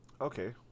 Okay